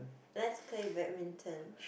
let's play badminton